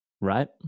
right